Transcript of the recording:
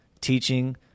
teaching